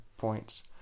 points